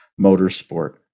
motorsport